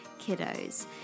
kiddos